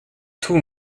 tout